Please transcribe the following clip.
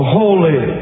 holy